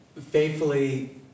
faithfully